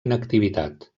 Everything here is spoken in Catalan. inactivitat